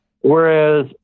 Whereas